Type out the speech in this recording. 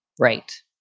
right.